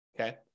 okay